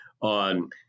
on